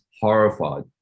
horrified